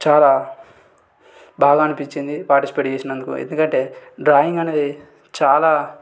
చాలా బాగా అనిపించింది పాటిస్పేట్ చేసినందుకు ఎందుకంటే డ్రాయింగ్ అనేది చాలా